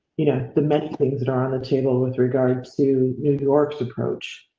you know the many things that are on the table with regards to new york's approach.